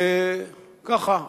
וככה,